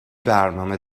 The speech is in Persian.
برنامه